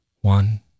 One